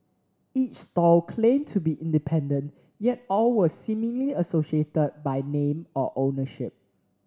each stall claimed to be independent yet all were seemingly associated by name or ownership